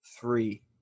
Three